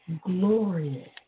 glorious